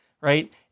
right